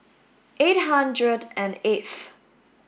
eight hundred and eighth